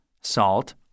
salt